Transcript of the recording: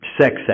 sex